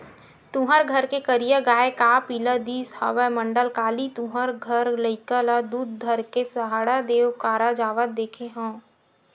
तुँहर घर के करिया गाँय काय पिला दिस हवय मंडल, काली तुँहर घर लइका ल दूद धर के सहाड़ा देव करा जावत देखे हँव?